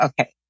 okay